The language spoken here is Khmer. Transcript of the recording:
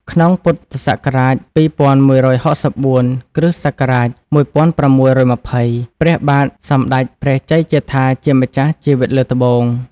ក្នុងពុទ្ធសករាជ ២១៦៤ គ្រិស្តសករាជ ១៦២០ ព្រះបាទសម្ដេចព្រះជ័យជេជ្ឋាជាម្ចាស់ជីវិតលើត្បូង